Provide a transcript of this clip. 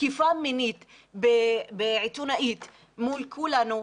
תקיפה מינית בעיתונאית מול כולנו,